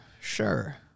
Sure